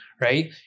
right